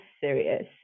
serious